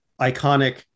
iconic